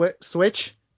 Switch